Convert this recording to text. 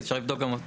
אבל מעובדי המשרד,